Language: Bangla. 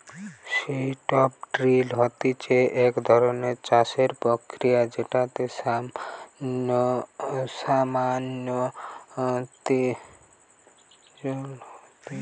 স্ট্রিপ ড্রিল হতিছে এক ধরণের চাষের প্রক্রিয়া যেটাতে সামান্য তিলেজ হতিছে